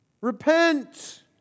Repent